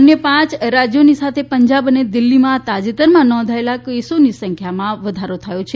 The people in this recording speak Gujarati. અન્ય પાંચ રાજ્યોની સાથે પંજાબ અને દિલ્હીમાં તાજેતરમાં નોંધાયેલા કેસોની સંખ્યામાં વધારો થયો છે